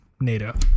NATO